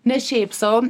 ne šiaip sau